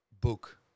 book